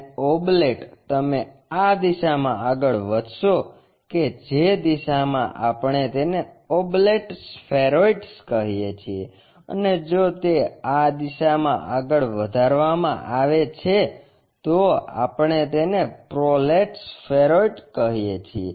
અને ઓબ્લેટ તમે આ દિશામાં આગળ વધશો કે જે દિશામાં આપણે તેને ઓબ્લેટ સ્ફેરોઇડ્સ કહીએ છીએ અને જો તે આ દિશામાં આગળ વધારવામાં આવે છે તો અ આપણે તેને કહીએ છીએ